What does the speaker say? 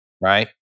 right